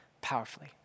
powerfully